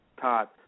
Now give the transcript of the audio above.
Todd